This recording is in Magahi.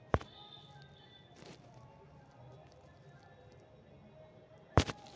मुद्रा दर में परिवर्तन से महंगाई पर असर पड़ा हई